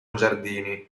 giardini